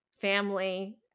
family